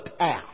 out